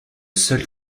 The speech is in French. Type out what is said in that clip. seul